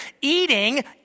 eating